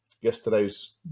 Yesterday's